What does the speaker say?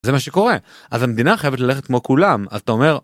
זה מה שקורה, אז המדינה חייבת ללכת כמו כולם, אז אתה אומר.